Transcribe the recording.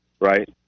Right